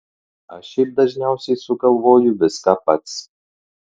aš šiaip dažniausiai sugalvoju viską pats